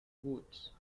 woods